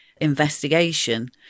investigation